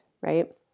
right